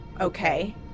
Okay